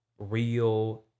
real